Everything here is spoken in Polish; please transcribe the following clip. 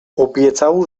obiecał